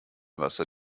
wasser